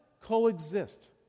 coexist